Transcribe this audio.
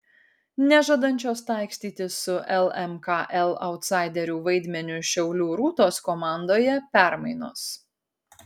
nežadančios taikstytis su lmkl autsaiderių vaidmeniu šiaulių rūtos komandoje permainos